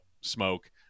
smoke